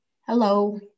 Hello